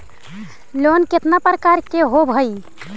Loan केतना प्रकार के होव हइ?